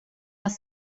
das